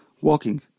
Walking